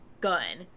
gun